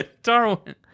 Darwin